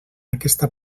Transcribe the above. aquesta